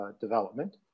development